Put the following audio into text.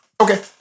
Okay